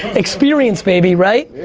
experience, baby, right?